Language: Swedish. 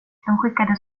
skickade